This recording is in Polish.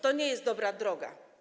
To nie jest dobra droga.